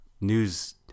news